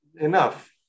enough